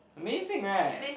amazing right